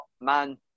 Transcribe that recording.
man